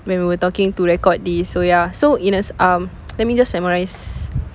when we were talking to record this so ya so in a um let me just summarise